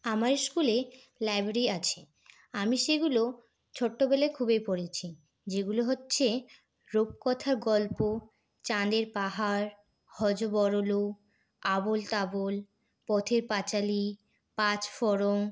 আমার ইস্কুলে লাইব্রেরী আছে আমি সেগুলো ছোট্টবেলায় খুবই পড়েছি যেগুলো হচ্ছে রূপকথার গল্প চাঁদের পাহাড় হ য ব র ল আবোল তাবোল পথের পাঁচালী পাঁচফোড়ন